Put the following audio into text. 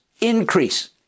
increase